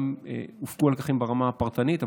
הופקו הלקחים ברמה הפרטנית,